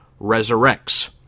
resurrects